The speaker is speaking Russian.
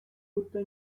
будто